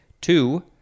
two